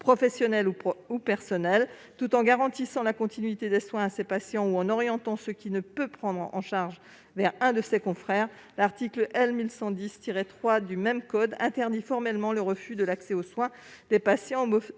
professionnelles ou personnelles tout en garantissant la continuité des soins à ses patients ou en orientant ceux qu'il ne peut prendre en charge vers un de ses confrères, l'article L. 1110-3 du même code interdit formellement le refus de l'accès aux soins d'une personne